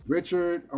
Richard